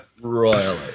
royally